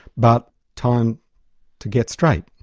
but time to get straight,